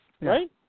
right